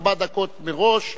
ארבע דקות מראש,